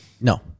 no